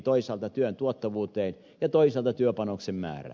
toisaalta työn tuottavuus ja toisaalta työpanoksen määrä